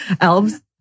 elves